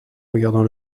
regardant